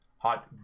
hot